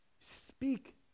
Speak